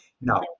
now